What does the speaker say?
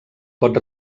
pot